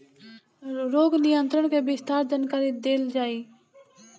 रोग नियंत्रण के विस्तार जानकरी देल जाई?